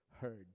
heard